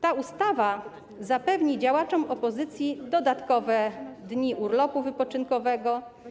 Ta ustawa zapewni też działaczom opozycji dodatkowe dni urlopu wypoczynkowego.